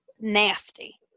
Nasty